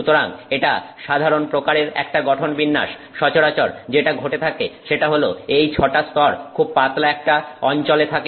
সুতরাং এটা সাধারন প্রকারের একটা গঠন বিন্যাস সচরাচর যেটা ঘটে থাকে সেটা হলো এই 6 টা স্তর খুব পাতলা একটা অঞ্চলে থাকে